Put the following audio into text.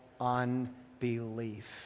unbelief